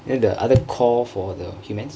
and the other core for the humans